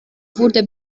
wurde